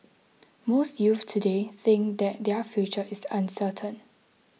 most youths today think that their future is uncertain